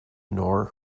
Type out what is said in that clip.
nor